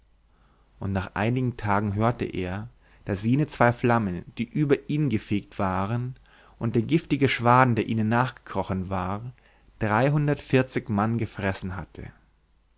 und nach einigen tagen hörte er daß jene zwei flammen die über ihn gefegt waren und der giftige schwaden der ihnen nachgekrochen war dreihundertundvierzig mann gefressen hatten